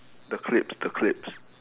the clips the clips